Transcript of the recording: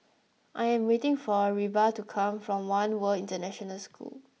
I am waiting for Reba to come from One World International School